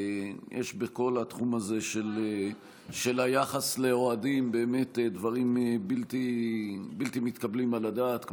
בכל התחום הזה של היחס לאוהדים יש באמת דברים בלתי מתקבלים על הדעת,